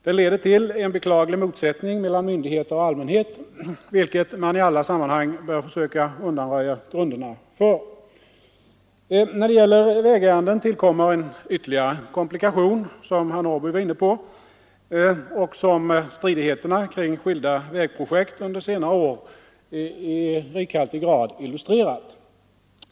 Den leder till en beklaglig motsättning mellan myndigheter och allmänhet, vilket man i alla sammanhang bör försöka undanröja grunderna för. När det gäller vägärenden tillkommer en ytterligare komplikation, som herr Norrby i Åkersberga var inne på och som stridigheterna kring skilda vägprojekt under senare år i rikhaltig mängd illustrerat.